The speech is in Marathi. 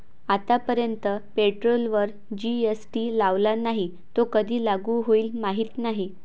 आतापर्यंत पेट्रोलवर जी.एस.टी लावला नाही, तो कधी लागू होईल माहीत नाही